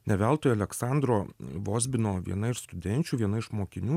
ne veltui aleksandro vozbino viena iš studenčių viena iš mokinių